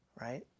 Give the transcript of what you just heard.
right